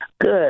Good